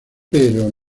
pero